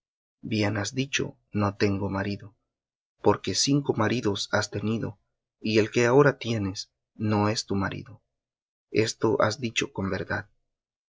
bien has dicho no tengo marido porque cinco maridos has tenido y el que ahora tienes no es tu marido esto has dicho con verdad